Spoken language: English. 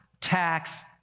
tax